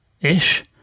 Ish